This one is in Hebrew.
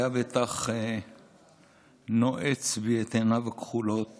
היה בטח נועץ בי את עיניו הכחולות